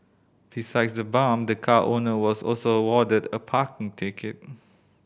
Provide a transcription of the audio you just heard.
besides the bump the car owner was also awarded a parking ticket